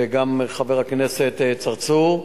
וגם חבר הכנסת צרצור,